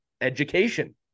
education